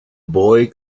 boy